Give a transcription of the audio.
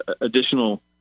additional